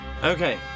Okay